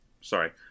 sorry